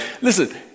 Listen